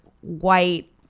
white